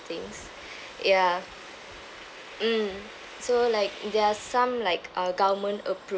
things ya mm so like there are some like uh government approved